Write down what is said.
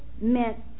meant